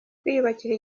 kwiyubakira